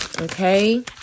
Okay